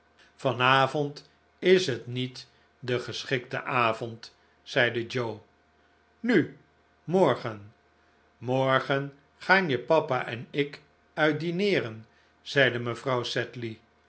was vanavond is het niet de geschikte avond zeide joe nu morgen morgen gaan je papa en ik uit dineeren zeide mevrouw